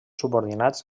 subordinats